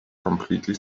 completely